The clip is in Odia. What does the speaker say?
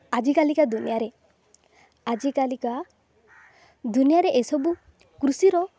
ଆଜିକାଲିକା ଦୁନିଆରେ ଆଜିକାଲିକା ଦୁନିଆରେ ଏସବୁ କୃଷିର